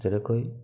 যেনেকৈ